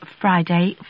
Friday